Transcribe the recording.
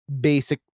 basic